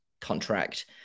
contract